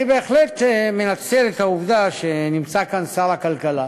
אני בהחלט מנצל את העובדה שנמצא כאן שר הכלכלה,